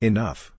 Enough